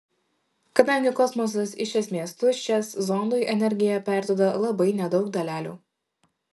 kadangi kosmosas iš esmės tuščias zondui energiją perduoda labai nedaug dalelių